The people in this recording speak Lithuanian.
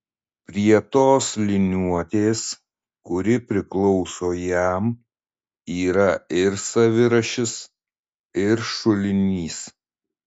prie tos liniuotės kuri priklauso jam yra ir savirašis ir šulinys